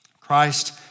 Christ